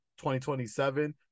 2027